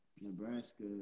Nebraska